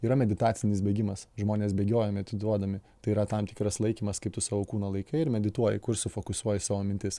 yra meditacinis bėgimas žmonės bėgioja medituodami tai yra tam tikras laikymas kaip tu savo kūną laikai ir medituoji kur sufokusuoji savo mintis